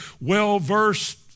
well-versed